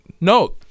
No